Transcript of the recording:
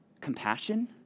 compassion